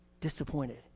disappointed